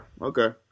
Okay